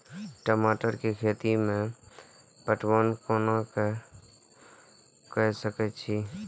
टमाटर कै खैती में पटवन कैना क सके छी?